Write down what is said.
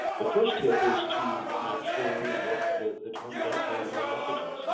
the first tip is to make sure and work the the term dental into your messages. yeah